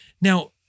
Now